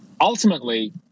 ultimately